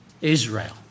Israel